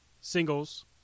singles